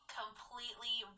completely